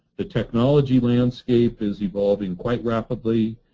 the technology landscape is evolving quite rapidly,